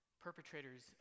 perpetrators